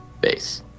base